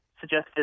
suggested